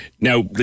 Now